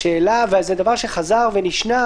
זה דבר שחזר ונשנה.